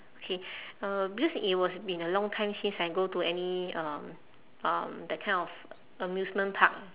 K uh because it was been a long time since I go to any um um that kind of amusement park